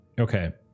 Okay